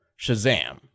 Shazam